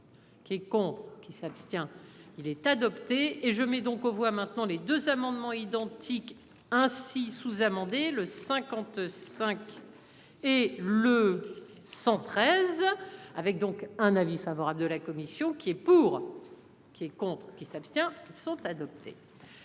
Qui est contre. Il s'abstient. Il est adopté et je mets donc aux voix maintenant les 2 amendements identiques ainsi sous-amendé le 55. Et le 113 avec donc un avis favorable de la commission. Qui est pour. Qui est contre. Qui s'abstient. Ils sont adoptés.